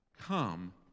come